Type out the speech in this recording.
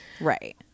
Right